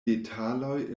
detaloj